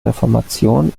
reformation